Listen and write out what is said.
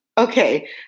Okay